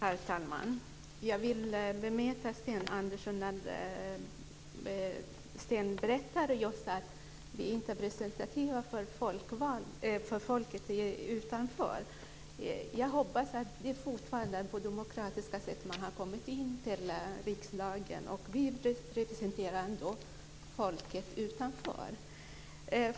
Herr talman! Jag vill bemöta Sten Andersson i fråga om detta att Sten berättar att vi folkvalda inte är representativa för folket utanför. Jag hoppas att det fortfarande är på ett demokratiskt sätt man har kommit in i riksdagen. Och vi representerar ändå folket utanför.